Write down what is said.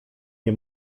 nie